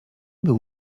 był